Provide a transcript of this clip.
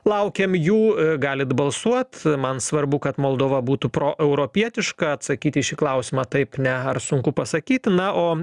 laukiam jų galit balsuot man svarbu kad moldova būtų proeuropietiška atsakyti į šį klausimą taip ne ar sunku pasakyti na o